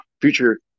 future